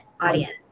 audience